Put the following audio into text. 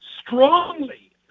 strongly